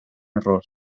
error